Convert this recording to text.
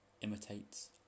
imitates